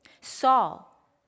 Saul